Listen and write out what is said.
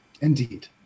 Indeed